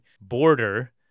Border